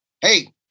Hey